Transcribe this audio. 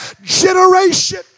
generation